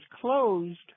closed